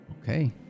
Okay